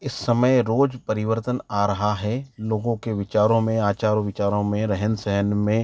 इस समय रोज़ परिवर्तन आ रहा है लोगों के विचारों में आचारों विचारों में रहन सहन में